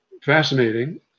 fascinating